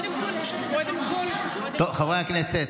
חברי הכנסת,